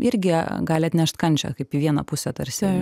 irgi gali atnešt kančią kaip į vieną pusę tarsi